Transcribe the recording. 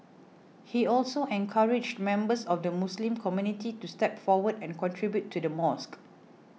he also encouraged members of the Muslim community to step forward and contribute to the mosque